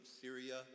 Syria